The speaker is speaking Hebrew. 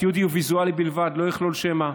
התיעוד יהיה ויזואלי בלבד, לא יכלול שמע.